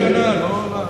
ב-60 שנה, לא רע.